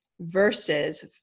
versus